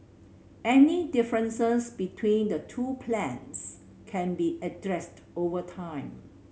any differences between the two plans can be addressed over time